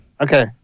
Okay